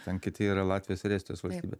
ten kiti yra latvijos ir estijos valstybė